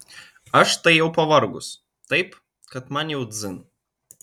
aš tai jau pavargus taip kad man jau dzin